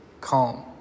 calm